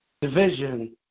division